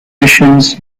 missions